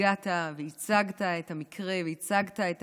כשהגעת וייצגת את המקרה וייצגת את